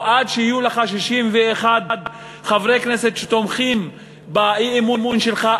או עד שיהיו לך 61 חברי כנסת שתומכים באי-אמון שלך,